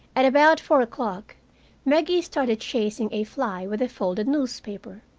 at about four o'clock maggie started chasing a fly with a folded newspaper.